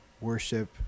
worship